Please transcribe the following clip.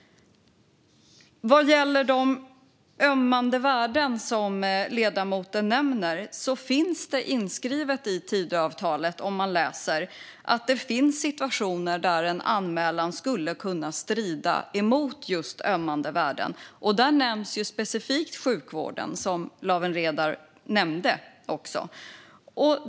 Vad gäller de ömmande värden som ledamoten nämner vill jag säga att det står inskrivet i Tidöavtalet att det finns situationer där en anmälan skulle kunna strida emot just ömmande värden. Där nämns specifikt sjukvården, som Lawen Redar också nämnde.